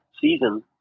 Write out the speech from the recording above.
season